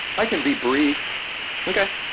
i can be brief okay.